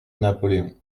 napoléon